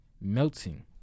melting